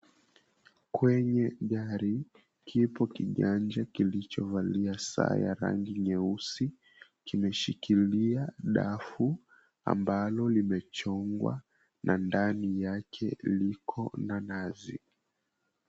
Kwenye gari, kipo kiganja kilichovalia saa ya rangi nyeusi. Kimeshikilia dafu ambalo limechongwa na ndani yake liko na nazi.